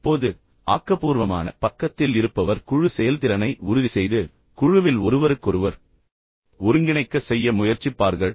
இப்போது ஆக்கபூர்வமான பக்கத்தில் இருப்பவர் குழு செயல்திறனை உறுதிசெய்து குழுவில் ஒருவருக்கொருவர் ஒருங்கிணைக்க செய்ய முயற்சிப்பார்கள்